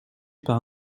par